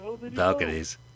balconies